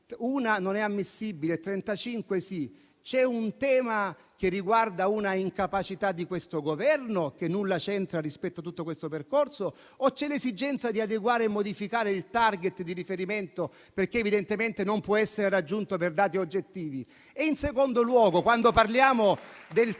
la domanda è: c'è un tema che riguarda una incapacità di questo Governo, che nulla c'entra rispetto a tutto questo percorso? O vi è l'esigenza di adeguare e modificare il *target* di riferimento, perché evidentemente esso non può essere raggiunto, per dati oggettivi?